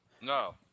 No